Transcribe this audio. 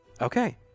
Okay